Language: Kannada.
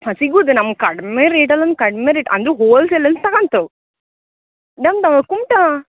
ಹಾಂ ಸಿಗುವುದು ನಮ್ಮ ಕಡಿಮೆ ರೇಟ್ ಅಲ್ಲಿ ಕಡಿಮೆ ರೇಟ್ ಅಂದರು ಹೋಲ್ ಸೇಲಲ್ಲಿ ತಗೊತೀವ್ ನಮ್ದೂ ಕುಮಟಾ